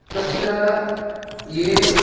तत्र ये